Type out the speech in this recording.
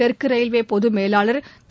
தெற்கு ரயில்வே பொது மேலாளர் திரு